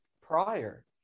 prior